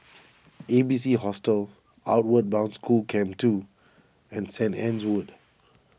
A B C Hostel Outward Bound School Camp two and St Anne's Wood